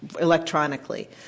electronically